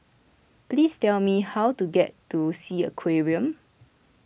please tell me how to get to Sea Aquarium